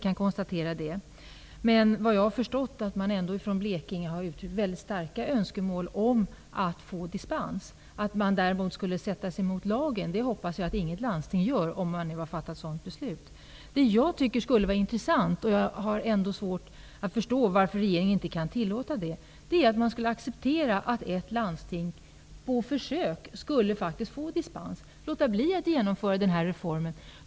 Jag har förstått att man i Blekinge har uttryckt starka önskemål om att få dispens, men jag hoppas att inte något landsting sätter sig upp mot lagen, om man nu har fattat ett sådant beslut. Jag har svårt att förstå varför regeringen inte kan acceptera att ett landsting på försök får dispens att låta bli att genomföra reformen.